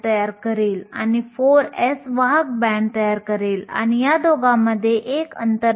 पुढील घटक ज्यावर वाहकता अवलंबून असते ते म्हणजे इलेक्ट्रॉन आणि छिद्र हे जाळीने विखुरण्यापूर्वी किती विखुरले जाऊ शकतात